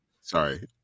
Sorry